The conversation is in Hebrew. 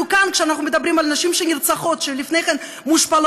אנחנו כאן כשאנחנו מדברים על נשים שנרצחות שלפני כן מושפלות,